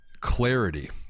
clarity